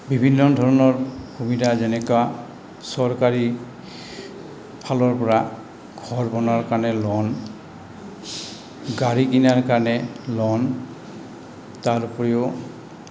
বিভিন্ন ধৰণৰ সুবিধা যেনেকৈ চৰকাৰী ফালৰ পৰা ঘৰ বনোৱাৰ কাৰণে লোন গাড়ী কিনাৰ কাৰণে লোন তাৰ উপৰিও